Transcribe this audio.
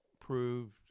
proved